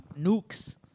nukes